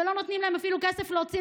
ולא נותנים להם אפילו כסף להוציא,